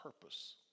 purpose